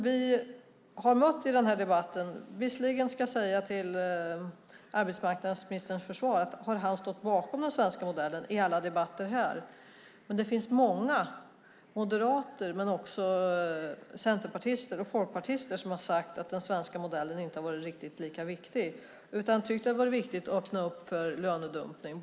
Jag ska till arbetsmarknadsministerns försvar säga att han har stått bakom den svenska modellen i alla debatter här, men det finns många moderater, centerpartister och folkpartister som har sagt att den svenska modellen inte har varit riktigt lika viktig. De har tyckt att det har varit viktigt att öppna för lönedumpning.